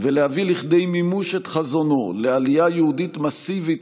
ולהביא לכדי מימוש את חזונו לעלייה יהודית מסיבית